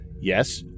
Yes